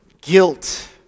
guilt